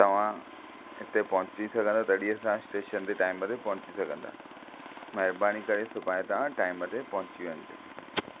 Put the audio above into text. तव्हां हिते पहुची सघंदव तॾहिं असां स्टेशन ते टाइम ते पहुची सघंदासीं महिरबानी करे सुभाणे तव्हां टाइम ते पहुची वञि जो